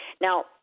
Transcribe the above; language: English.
Now